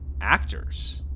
actors